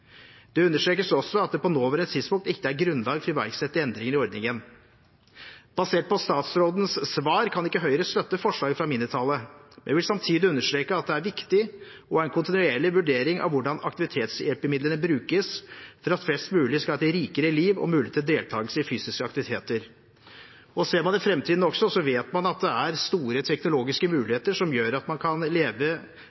Det understrekes også at det på det nåværende tidspunkt ikke er grunnlag for å iverksette endringer i ordningen. Basert på statsrådens svar kan ikke Høyre støtte forslaget fra mindretallet. Jeg vil samtidig understreke at det er viktig å ha en kontinuerlig vurdering av hvordan aktivitetshjelpemidlene brukes, for at flest mulig skal ha et rikere liv og mulighet til deltakelse i fysiske aktiviteter. Ser man på framtiden, vet man at det er store teknologiske